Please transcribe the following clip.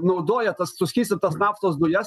naudoja tas suskystintas naftos dujas